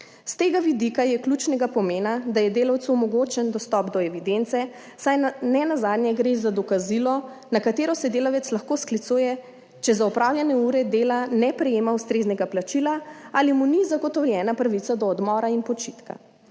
S tega vidika je ključnega pomena, da je delavcu omogočen dostop do evidence saj nenazadnje **35. TRAK (VI) 11.20** (nadaljevanje) gre za dokazilo, na katero se delavec lahko sklicuje, če za opravljene ure dela ne prejema ustreznega plačila ali mu ni zagotovljena pravica do odmora in počitka.